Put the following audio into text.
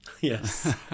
Yes